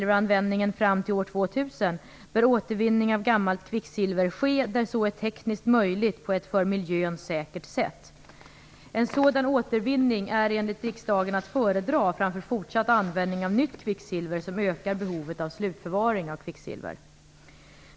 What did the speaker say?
En sådan återvinning är enligt riksdagen att föredra framför fortsatt användning av nytt kvicksilver som ökar behovet av slutförvaring av kvicksilver.